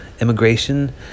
immigration